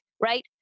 right